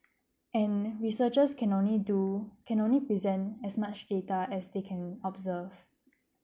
and researchers can only do can only present as much data as they can observe